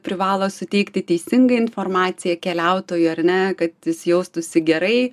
privalo suteikti teisingą informaciją keliautojui ar ne kad jis jaustųsi gerai